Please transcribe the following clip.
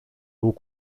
eaux